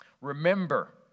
Remember